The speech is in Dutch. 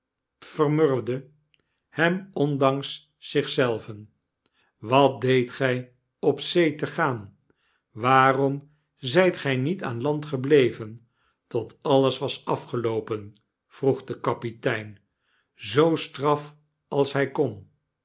hem ondanks zich zelven wat deedt gij op zee te gaan waarom zijt gij niet aan land gebleven tot alles was afgeloopen vroeg de kapitein zoo straf als hy kon